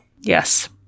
yes